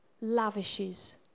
lavishes